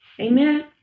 Amen